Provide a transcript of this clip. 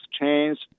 chains